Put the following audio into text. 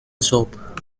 soap